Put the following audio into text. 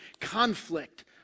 conflict